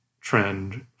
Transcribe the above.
trend